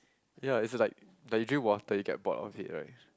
ya is a like like you drink water you get bored of it right